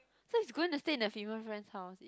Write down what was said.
so he's gonna stay in the female friend's house if